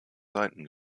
seiten